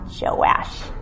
Joash